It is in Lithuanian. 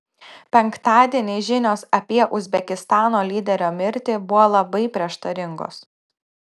penktadienį žinios apie uzbekistano lyderio mirtį buvo labai prieštaringos